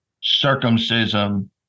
circumcision